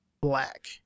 black